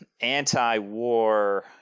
anti-war